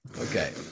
Okay